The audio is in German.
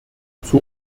zur